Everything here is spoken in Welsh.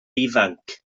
ifanc